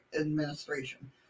Administration